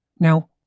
Now